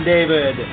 David